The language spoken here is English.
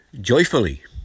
joyfully